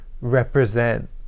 represent